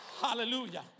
Hallelujah